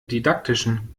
didaktischen